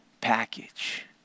package